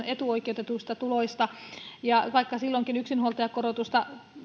etuoikeutetuista tuloista vaikka silloinkin yksinhuoltajakorotusta